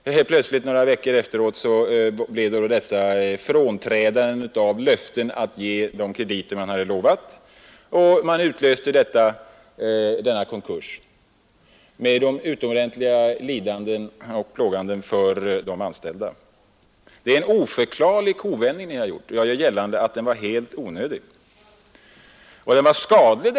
Men helt plötsligt kom efter några veckor frånträdandet från de löften han givit om krediter, och konkursen utlöstes med åtföljande stora lidanden för de anställda, Det är en oförklarlig kovändning ni har gjort, och jag gör gällande att den var helt onödig. Den var dessutom skadlig.